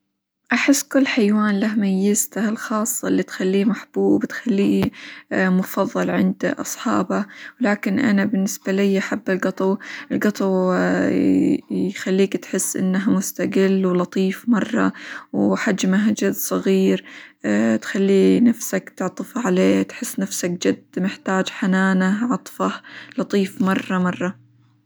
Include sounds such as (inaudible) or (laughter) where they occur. أحس كل حيوان له ميزته الخاصة اللي تخليه محبوب، تخليه (hesitation) مفظل عند أصحابه ، ولكن أنا بالنسبة لي حب القطو، القطو (hesitation) يخليك تحس إنه مستقل، ولطيف مرة، وحجمه جد صغير، (hesitation) تخلي نفسك تعطف عليه، تحس نفسك جد محتاج حنانه، عطفه، لطيف مرة مرة.